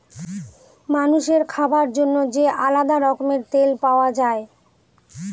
মানুষের খাবার জন্য যে আলাদা রকমের তেল পাওয়া যায়